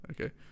okay